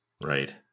Right